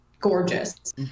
gorgeous